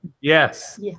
Yes